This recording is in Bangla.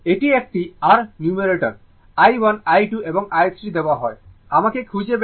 এটি একটি r নিউমারেটর i1 i2 এবং i 3 দেওয়া হয়